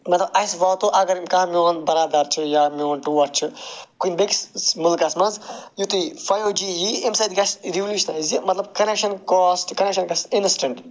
مَطلَب اَسہِ واتو اگر کانٛہہ میٛون برادر چھُ یا میٛون ٹوٹھ چھُ کُنہِ بیٚیِس مُلکَس مَنٛز یُتھُے فایِو جی یِیہِ اَمہِ سۭتۍ گَژھِ ریٚولیٛوٗشنایز یہِ مَطلَب کَنیٚکشَن کاسٹ کَنیٚکشَن گَژھِ اِنسٹنٛٹ